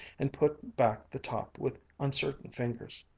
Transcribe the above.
and put back the top with uncertain fingers.